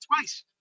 twice